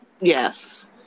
Yes